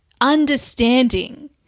understanding